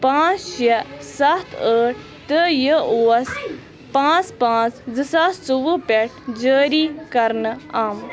پانٛژھ شےٚ سَتھ ٲٹھ تہٕ یہِ اوس پانٛژھ پانٛژھ زٕ ساس ژوٚوُہ پٮ۪ٹھ جٲری کَرنہٕ آمُت